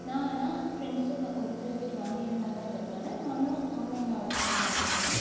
நான் ஆனால் பிரண்ட்ஸ் ஒரு சில பேர் வாங்கி இருந்தாங்கன்றதுனால நானும் ஆன்லைனில் ஆர்டர் பண்ணி வாங்கியிருந்தேன்